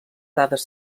dades